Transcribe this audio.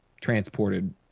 transported